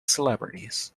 celebrities